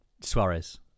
Suarez